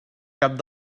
cap